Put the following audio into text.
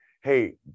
Hey